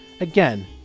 Again